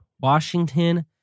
Washington